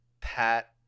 pat